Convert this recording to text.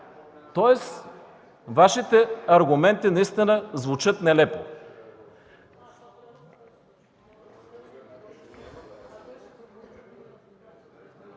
Тоест Вашите аргументи наистина звучат нелепо!